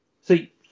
See